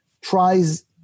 tries